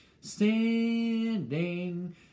Standing